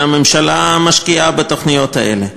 שהממשלה משקיעה בתוכניות האלה.